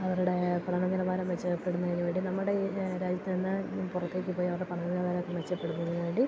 അവരുടെ പഠന നിലവാരം മെച്ചപ്പെടുന്നതിലൂടെ നമ്മുടെ രാജ്യത്ത് നിന്ന് പുറത്തേക്ക് പോയി അവരുടെ പഠന നിലവാരമൊക്കെ മെച്ചപ്പെടുന്നതിന് വേണ്ടി